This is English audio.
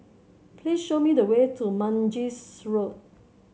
please show me the way to Mangis Road